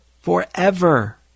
forever